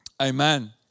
Amen